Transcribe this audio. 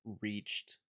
reached